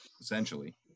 essentially